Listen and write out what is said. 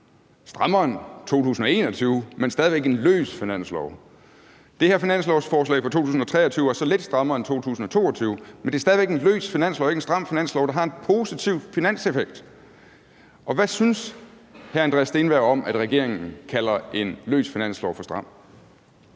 strammere end den for 2021, men stadig væk en løs finanslov. Det her finanslovsforslag for 2023 er så lidt strammere end finansloven for 2022, men der er stadig væk tale om en løs finanslov og ikke en stram finanslov, der har en positiv finanseffekt. Og hvad synes hr. Andreas Steenberg om, at regeringen kalder en løs finanslov for stram?